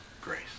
grace